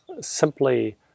Simply